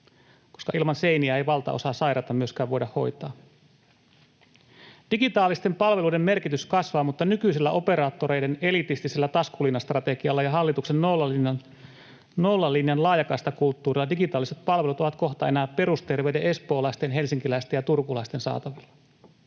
koska ilman seiniä ei valtaosaa sairaita myöskään voida hoitaa. Digitaalisten palveluiden merkitys kasvaa, mutta nykyisillä operaattoreiden elitistisillä taskuliinastrategioilla ja hallituksen nollalinjan laajakaistakulttuurilla digitaaliset palvelut ovat kohta enää perusterveiden espoolaisten, helsinkiläisten ja turkulaisten saatavilla.